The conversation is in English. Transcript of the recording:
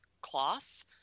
cloth